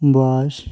bus